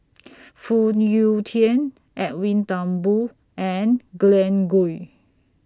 Phoon Yew Tien Edwin Thumboo and Glen Goei